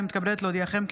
אני מתכבדת להודיעכם,